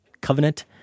Covenant